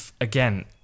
again